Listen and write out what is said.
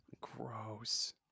Gross